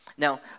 Now